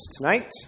tonight